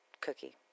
cookie